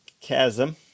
chasm